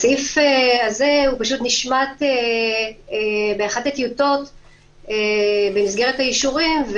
הסעיף הזה נשמט באחת הטיוטות במסגרת האישורים,